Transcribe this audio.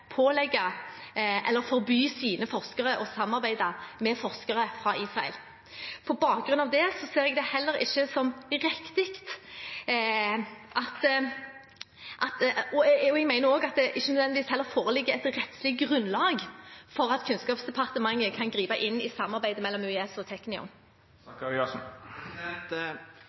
pålegge eller forby sine forskere å samarbeide med forskere fra Israel. På bakgrunn av det ser jeg det heller ikke som riktig – og jeg mener også at det ikke nødvendigvis foreligger et rettslig grunnlag for – at Kunnskapsdepartementet kan gripe inn i samarbeidet mellom UiS og Technion.